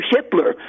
Hitler